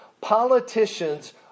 Politicians